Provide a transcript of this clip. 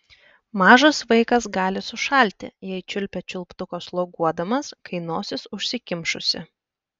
mažas vaikas gali sušalti jei čiulpia čiulptuką sloguodamas kai nosis užsikimšusi